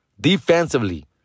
defensively